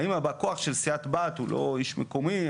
האם בא הכוח של סיעת בת הוא לא איש מקומי?